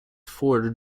forged